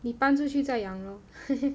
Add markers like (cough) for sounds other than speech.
你搬出去再养 lor (laughs)